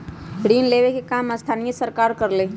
ऋण लेवे के काम स्थानीय सरकार करअलई